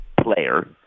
player